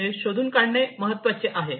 हे शोधून काढणे महत्त्वाचे आहे